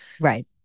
right